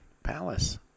palace